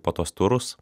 po tuos turus